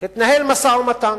התנהל משא-ומתן